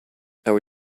our